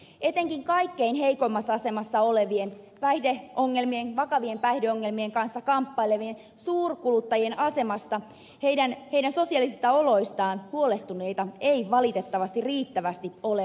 etenkin kaikkein heikoimmassa olevien vaka vien päihdeongelmien kanssa kamppailevien suurkuluttajien asemasta ja sosiaalisista oloista huolestuneita ei valitettavasti riittävästi ole ollut